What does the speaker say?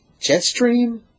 Jetstream